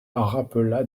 rappela